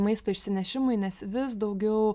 maisto išsinešimui nes vis daugiau